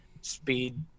speed